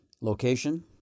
location